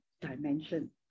dimension